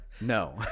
No